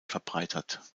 verbreitert